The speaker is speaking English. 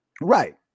right